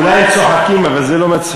אולי הם צוחקים, אבל זה לא מצחיק.